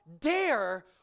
dare